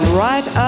right